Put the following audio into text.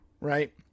right